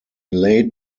late